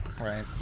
right